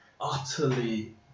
utterly